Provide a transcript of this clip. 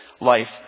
life